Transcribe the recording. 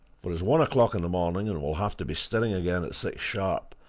for it's one o'clock in the morning, and we'll have to be stirring again at six sharp.